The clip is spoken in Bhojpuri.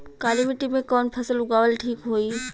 काली मिट्टी में कवन फसल उगावल ठीक होई?